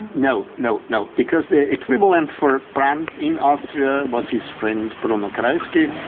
no, no, no, because the equivalent for brandt in austria was his friend bruno kreisky,